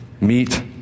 meet